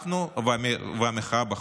אנחנו והמחאה בחוץ.